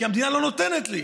כי המדינה לא נותנת לי.